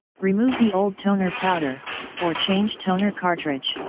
remove the old toner powder or change toner cartridge.